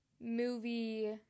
movie